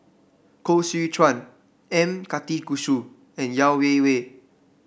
Koh Seow Chuan M Karthigesu and Yeo Wei Wei